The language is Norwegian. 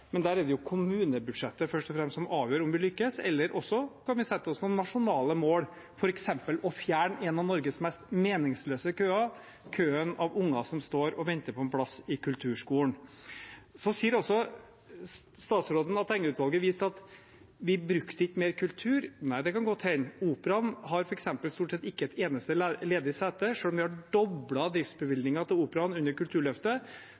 men der er det først og fremst kommunebudsjettet som avgjør om man lykkes, eller så kan vi sette oss noen nasjonale mål, f.eks. om å fjerne en av Norges mest meningsløse køer – køen av unger som står og venter på en plass i kulturskolen. Statsråden sier at Enger-utvalget viste til at vi ikke brukte mer kultur. Nei, det kan godt hende. Operaen har f.eks. stort sett ikke et eneste ledig sete. Selv om vi har doblet driftsbevilgningene til Operaen under Kulturløftet,